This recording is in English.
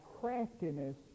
craftiness